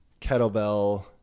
kettlebell